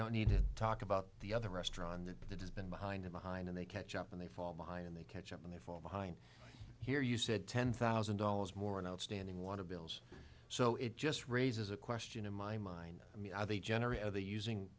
don't need to talk about the other restaurant that has been behind in the high and they catch up and they fall behind and they catch up and they fall behind here you said ten thousand dollars more in outstanding water bills so it just raises a question in my mind i mean are they generally are they using